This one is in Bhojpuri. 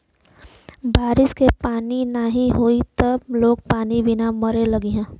बारिश के पानी नाही होई त लोग पानी बिना मरे लगिहन